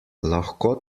lahko